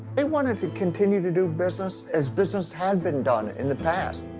they wanted to continue to do business as business had been done in the past.